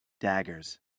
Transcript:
Daggers